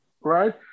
Right